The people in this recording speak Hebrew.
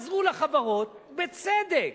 עזרו לחברות, ובצדק,